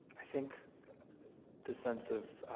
i think the sense of